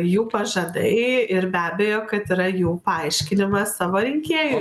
jų pažadai ir be abejo kad yra jų paaiškinimas savo rinkėjui